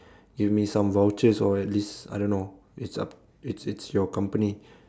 give me some vouchers or at least I don't know it' up it's it's your company